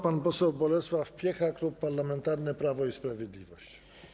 Pan poseł Bolesław Piecha, Klub Parlamentarny Prawo i Sprawiedliwość.